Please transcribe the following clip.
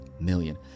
million